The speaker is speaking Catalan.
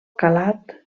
calat